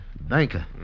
banker